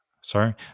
Sorry